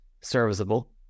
serviceable